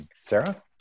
Sarah